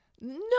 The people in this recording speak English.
No